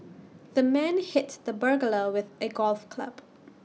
the man hit the burglar with A golf club